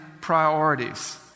priorities